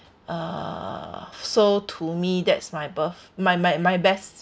uh so to me that's my birth my my my best